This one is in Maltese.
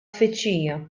tfittxija